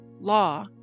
law